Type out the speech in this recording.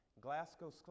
Glasgow